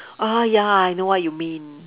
ah ya I know what you mean